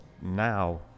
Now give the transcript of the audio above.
now